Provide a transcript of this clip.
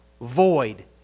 void